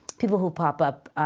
people who pop up.